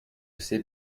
sais